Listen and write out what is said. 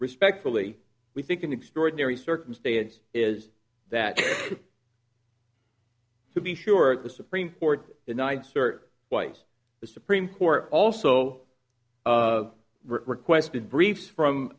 respectfully we think an extraordinary circumstance is that to be sure the supreme court denied cert twice the supreme court also requested briefs from